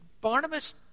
Barnabas